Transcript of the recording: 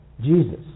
Jesus